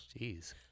Jeez